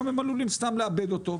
גם הם עלולים סתם לאבד אותו.